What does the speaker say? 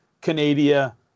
Canada